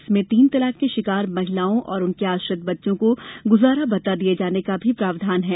इसमें तीन तलाक की शिकार महिलाओं और उनके आश्रित बच्चों को गुजारा भत्ता दिए जाने का भी प्रावधान है